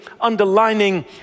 underlining